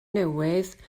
newydd